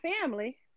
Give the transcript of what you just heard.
family